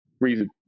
reason